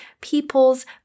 people's